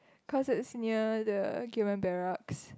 cause it's near the Gillman-Barracks